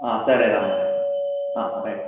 సరే రా మరి రైట్